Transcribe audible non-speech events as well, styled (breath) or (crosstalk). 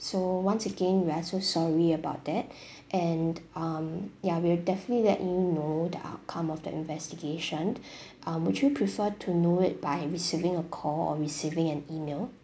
so once again we're so sorry about that (breath) and um yeah we'll definitely let you know the outcome of the investigation (breath) uh would you prefer to know it by receiving a call or receiving an E-mail